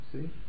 see